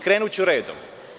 Krenuću redom.